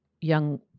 young